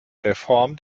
reform